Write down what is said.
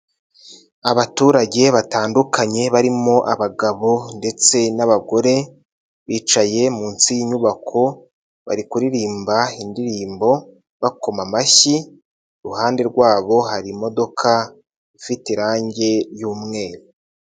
Abaturage batandukanye barimo abagabo ndetse n'abagore bicaye munsi y'inyubako bari kuririmba indirimbo bakoma amashyi, iruhande rwabo hari imodoka ifite irange y'umweru.